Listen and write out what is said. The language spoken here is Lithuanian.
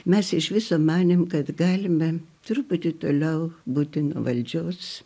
mes iš viso manėm kad galime truputį toliau būti nuo valdžios